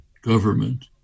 government